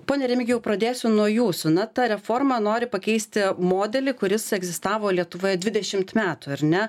pone remigijau pradėsiu nuo jūsų na ta reforma nori pakeisti modelį kuris egzistavo lietuvoje dvidešimt metų ar ne